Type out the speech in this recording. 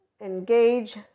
engage